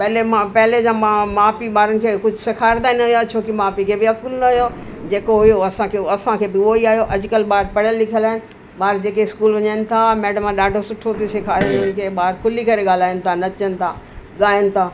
पहले मां पहले जा माउ पीउ ॿारनि खे कुझु सिखारींदा ई न हुआ छोकि माउ पीउ खे बि अक़ुलु न हुओ जेको हुओ असांखे असांखे बि उहो ई आयो अॼुकल्ह ॿार पढ़ियल लिखियल आहिनि ॿार जेके स्कूल वञनि था मेडम ॾाढो सुठो थियूं सेखारनि उन्हनि खे ॿार खुली करे ॻाल्हाइनि था नचनि था ॻाइनि था